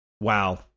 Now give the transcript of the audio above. Wow